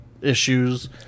issues